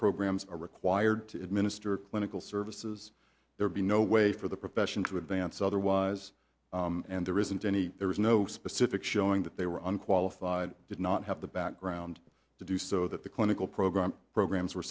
programs are required to administer clinical services there be no way for the profession to advance otherwise and there isn't any there was no specific showing that they were unqualified did not have the background to do so that the clinical program programs were